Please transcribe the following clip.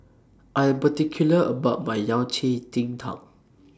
I Am particular about My Yao Cai Ji Tang